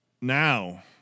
now